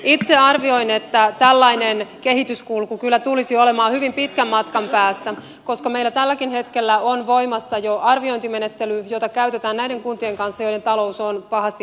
itse arvioin että tällainen kehityskulku kyllä tulisi olemaan hyvin pitkän matkan päässä koska meillä tälläkin hetkellä on voimassa jo arviointimenettely jota käytetään näiden kuntien kanssa joiden talous on pahasti kriisiytynyt